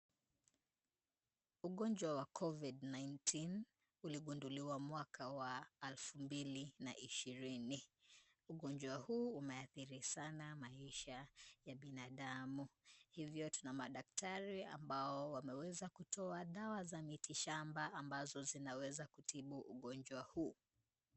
Ugonjwa wa covid-19 uligunduliwa mwaka wa elfu mbili na ishirini. Ugonjwa huu umeathiri sana maisha ya binadamu, hivyo tuna madaktari ambao wameweza kutoa dawa za mitishamba, ambazo zinaweza kutibu ugonjwa huu.